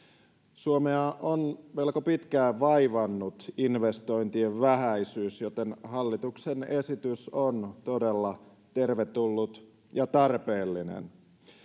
suomea on melko pitkään vaivannut investointien vähäisyys joten hallituksen esitys on todella tervetullut ja tarpeellinen